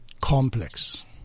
Complex